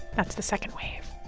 that's the second wave